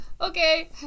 Okay